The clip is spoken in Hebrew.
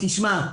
שמע,